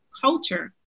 culture